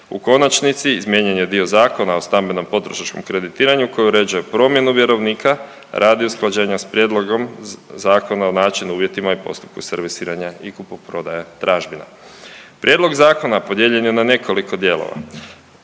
U konačnici, izmijenjen je dio zakona o stambenom potrošačkom kreditiranju koje uređuje promjenu vjerovnika radi usklađenja s prijedlogom zakona o načinu, uvjetima i postupku servisiranja i kupoprodaje tražbina. Prijedlog zakona podijeljen je na nekoliko dijelova.